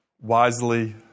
wisely